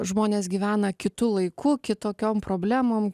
žmonės gyvena kitu laiku kitokiom problemom